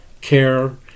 care